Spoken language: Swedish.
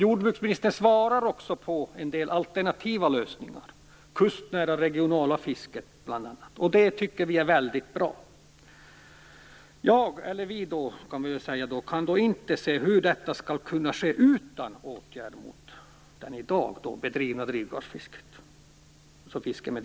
Jordbruksministern kommenterar också en del alternativa lösningar, bl.a. det kustnära regionala fisket. Det tycker vi är väldigt bra. Vi kan dock inte se hur detta skall kunna ske utan åtgärder mot det i dag bedrivna drivgarnsfisket.